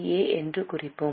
ஏ என்று குறிப்போம்